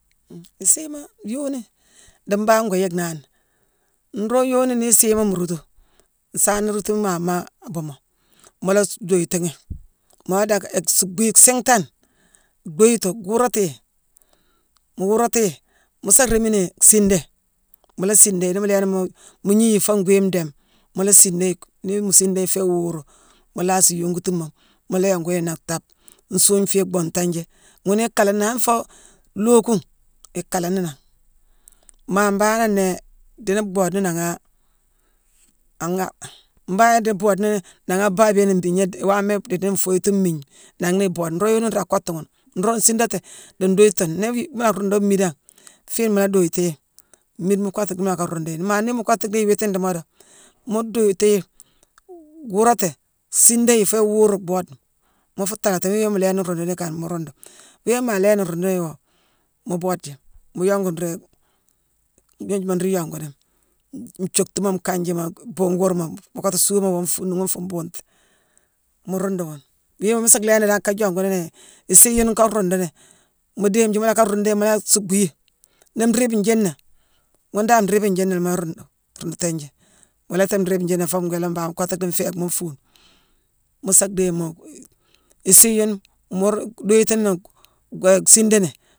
N-isiima yooni dii mangh ngoo yick nani. Nroog yooni nii isiima mu roogtu, nsaana roogtu maama aabuumo, mu laa-suuk-duyitighi, mu laa dacké-héck-suuckbu yi siinghtane, dhuyitu, guurati yi. Mu wuurati yi, mu sa rééminii siindé. Mu la siinda yi. nii mu lééni mu gnnii yi foo ngwii ndééme, mu la siindé yi. Nii mu siinda yi féé iwuuru, mu laasi yongutuma mu la yongu yi nangh thaape. Nsuugne féé bhuunghtangh jii, ghune ikaalani an foo lookungh, ikaala ni nangh. Maa mbanghane nnéé, dhiini bhoode ni nangha-an-gha-eu-mbangh idii boode ni nangha a baabiyone mbhigna- waama- idii-nfooyetune mmiigne, nangh na iboode. Nroog yooni nraa kottu ghune. Nroog nsiidati, dii nduyitu. Nii-wii-maa-ruundu mmiidangh, fiine mu la duyitu yi, mmiide mu kottu dii mu lacka ruundu yi. Maa nii mu kottu dii yicki iwiitine dii moodo, mu duyiti yi, guurati, siinda yi foo iwuuru, bhoode, mu fuu thaala ti. Wiima mu lééni ruunduni ikane, mu ruundu. Wiima maa lééni ruundu yi woo, mu boode jii, mu yongu nruu-gnojuma nruu yongu ni: nthiocktuma, nkanjima, bhuungu wuurma mu kottu suuama woo fuune ghune fuu mbuune-té-mu ruundu ghune. Wiima mu su lhééni dan ka jongu nini isiiyune kaa ruundu ni, mu dééme jii, mu lacka ruundu yi, mu la suuckbu yi. Nii nriibe njiina, mune dan nriibe njiina mu la ruundu, ruundutii jii. Mu wéélati nriibe njiina foo ngwéélé mbangh mu kottu dhii nfééckma nfuune, mu sa dhéye mui-isii yune mu-ru-duyiti ni-g- goyé-siindani